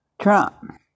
Trump